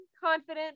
confident